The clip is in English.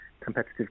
competitive